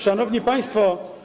Szanowni Państwo!